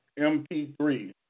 MP3